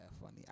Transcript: funny